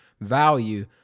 value